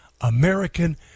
American